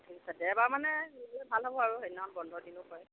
ঠিক আছে দেওবাৰ মানে ভাল হ'ব আৰু সেইদিনাখন বন্ধ দিনো হয়